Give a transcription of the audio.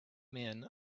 men